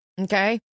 Okay